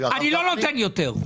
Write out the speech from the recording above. אני לא נותן יותר.